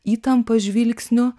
įtampa žvilgsniu